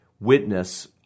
witness